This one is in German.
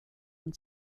und